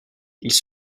ils